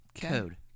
Code